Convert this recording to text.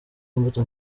imbuto